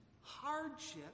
hardship